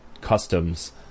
customs